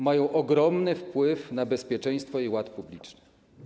Mają ogromny wpływ na bezpieczeństwo i ład publiczny.